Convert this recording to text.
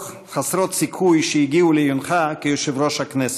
חסרות סיכוי שהגיעו לעיונך כיושב-ראש הכנסת,